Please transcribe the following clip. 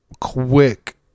quick